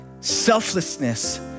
selflessness